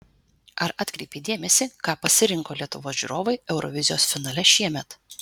ar atkreipei dėmesį ką pasirinko lietuvos žiūrovai eurovizijos finale šiemet